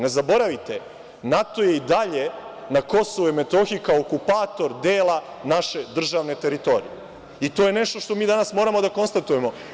Ne zaboravite, NATO je i dalje na Kosovu i Metohiji kao okupator dela naše državne teritorije i to je nešto što mi danas moramo da konstatujemo.